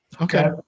Okay